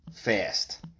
fast